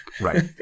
right